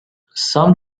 some